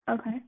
Okay